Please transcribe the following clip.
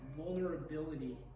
Vulnerability